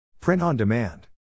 Print-on-demand